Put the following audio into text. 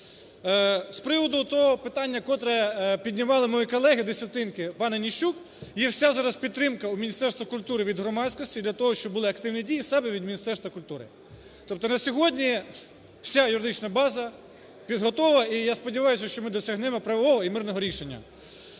З приводу того питання, котре піднімали мої колеги, Десятинки, пане Нищук. Є вся зараз підтримка у Міністерства культури від громадськості для того, щоб були активні дії саме від Міністерства культури. Тобто на сьогодні вся юридична база підготовлена. І, я сподіваюся, що ми досягнемо правового і мирного рішення.